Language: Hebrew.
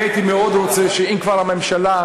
אני הייתי מאוד רוצה שאם כבר הממשלה,